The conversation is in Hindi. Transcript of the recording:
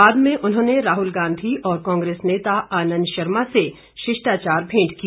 बाद में उन्होंने राहुल गांधी और कांग्रेस नेता आनंद शर्मा से शिष्टाचार भेंट की